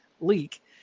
leak